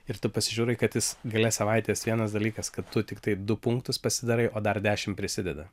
ir tu pasižiūri kad jis gale savaitės vienas dalykas kad tu tiktai du punktus pasidarai o dar dešim prisideda